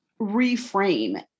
reframe